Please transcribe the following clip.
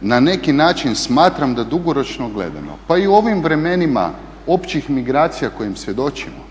na neki način smatram da dugoročno gledano, pa i u ovim vremenima općih migracija kojim svjedočimo,